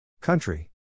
Country